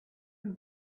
who